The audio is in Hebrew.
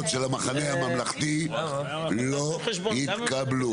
של קבוצת ישראל ביתנו לא התקבלו.